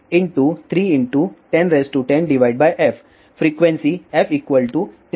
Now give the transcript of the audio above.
तो3× 3 × 1010f frequency f 332 GHz